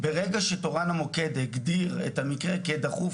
ברגע שתורן המוקד הגדיר את המקרה כדחוף,